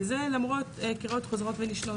וזה למרות קריאות חוזרות ונשנות,